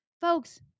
folks